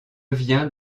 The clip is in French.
viens